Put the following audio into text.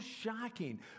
shocking